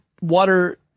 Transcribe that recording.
water